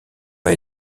pas